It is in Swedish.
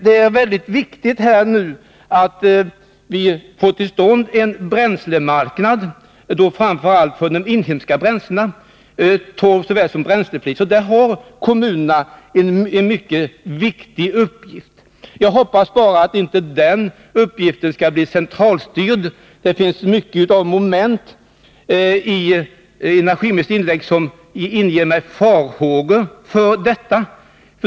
Det är viktigt att vi får till stånd en bränslemarknad, framför allt för de inhemska bränslena, torv såväl som bränsleflis. Där har kommunerna en mycket viktig uppgift. Jag hoppas bara att den uppgiften inte skall bli centralstyrd — det finns en hel del i energiministerns inlägg som inger mig farhågor för det.